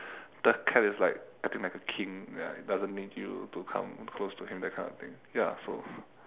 the cat is like acting like a king ya it doesn't make you to come close to him that kind of thing ya so